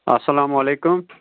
اسلام علیکُم